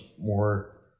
more